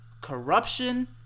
corruption